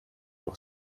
doch